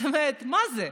מה זה?